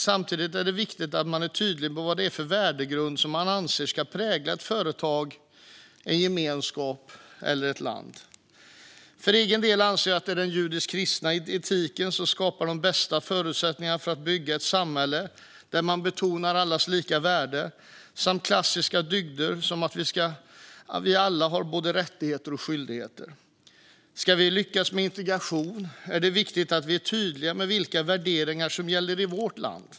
Samtidigt är det viktigt att man är tydlig med vad det är för värdegrund som man anser ska prägla ett företag, en gemenskap eller ett land. För egen del anser jag att det är den judisk-kristna etiken som skapar de bästa förutsättningarna för att bygga ett samhälle där man betonar allas lika värde samt klassiska dygder som att vi alla har både rättigheter och skyldigheter. Ska vi lyckas med integrationen är det viktigt att vi är tydliga med vilka värderingar som gäller i vårt land.